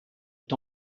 est